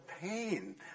pain